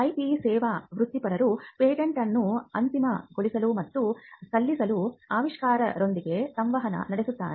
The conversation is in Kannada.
IP ಸೇವಾ ವೃತ್ತಿಪರರು ಪೇಟೆಂಟ್ ಅನ್ನು ಅಂತಿಮಗೊಳಿಸಲು ಮತ್ತು ಸಲ್ಲಿಸಲು ಆವಿಷ್ಕಾರಕರೊಂದಿಗೆ ಸಂವಹನ ನಡೆಸುತ್ತಾರೆ